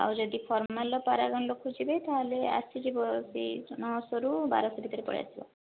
ଆଉ ଯଦି ଫର୍ମାଲ ର ପରାଗନର ଖୋଜିବେ ତାହେଲେ ଆସିଯିବ ସେହି ନଅସହ ରୁ ବାରଶହ ଭିତରେ ପଳେଇ ଆସିବ